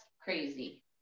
crazy